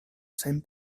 same